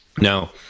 Now